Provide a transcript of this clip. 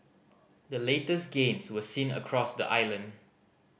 the latest gains were seen across the island